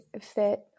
fit